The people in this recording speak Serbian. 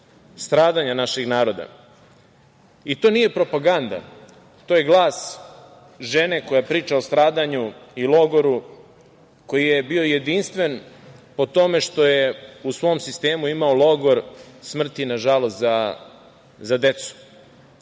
stradanja našeg naroda. To nije propaganda, to je glas žene koja priča o stradanju i logoru koji je bio jedinstven po tome što je u svom sistemu imao logor smrti, nažalost, za decu.